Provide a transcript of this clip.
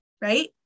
right